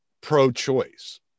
pro-choice